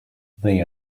they